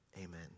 Amen